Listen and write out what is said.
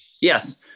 Yes